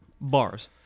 Bars